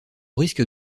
risque